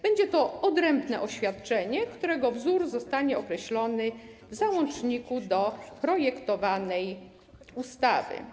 Będzie to odrębne oświadczenie, którego wzór zostanie określony w załączniku do projektowanej ustawy.